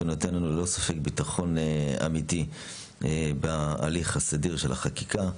זה נותן לנו ללא ספק ביטחון אמיתי בהליך הסדיר של החקיקה.